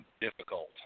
difficult